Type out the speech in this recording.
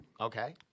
Okay